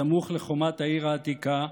הסמוך לחומת העיר העתיקה,